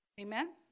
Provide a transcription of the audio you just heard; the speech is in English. Amen